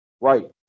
right